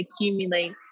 accumulate